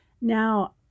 now